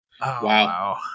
Wow